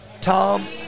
Tom –